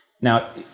Now